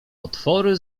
potwory